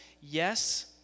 yes